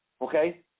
okay